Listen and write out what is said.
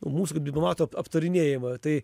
mūsų kaip diplomatų aptarinėjama tai